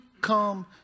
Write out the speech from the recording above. come